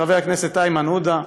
חבר הכנסת איימן עודה,